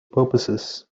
purposes